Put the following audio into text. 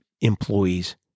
employees